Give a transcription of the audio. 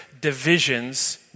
divisions